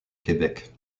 québec